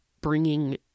bringing